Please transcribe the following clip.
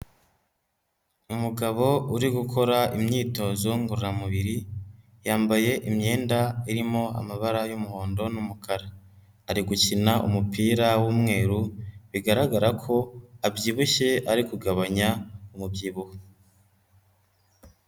Umugabo uri gukora imyitozo ngororamubiri yambaye imyenda irimo amabara y'umuhondo n'umukara, ari gukina umupira w'umweru bigaragara ko abyibushye ari kugabanya umubyibuho.